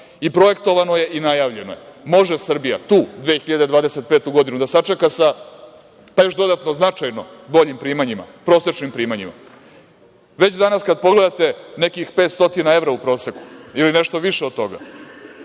i projektovano je i najavljeno. Može Srbija tu 2025. godinu da sačeka sa još dodatno značajno boljim primanjima, prosečnim primanjima. Već danas kada pogledate nekih 500 evra u proseku ili nešto više od toga.